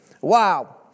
Wow